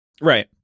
Right